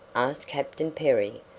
asked captain perry,